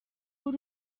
uri